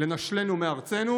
לנשלנו מארצנו.